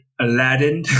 Aladdin